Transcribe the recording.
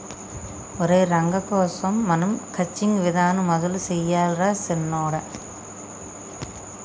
ఒరై రంగ కోసం మనం క్రచ్చింగ్ విధానం మొదలు సెయ్యాలి రా సిన్నొడా